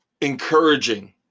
encouraging